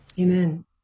Amen